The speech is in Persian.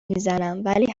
میزنم، ولی